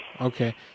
Okay